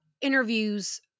interviews